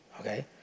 Okay